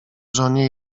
żonie